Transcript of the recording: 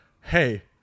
hey